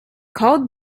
called